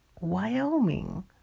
Wyoming